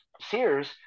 Sears